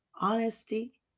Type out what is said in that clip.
honesty